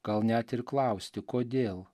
gal net ir klausti kodėl